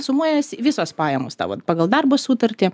sumuojasi visos pajamos tavo pagal darbo sutartį